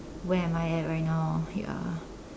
where am I at right now ya